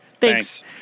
thanks